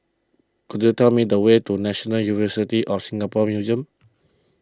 could you tell me the way to National University of Singapore Museums